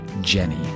Jenny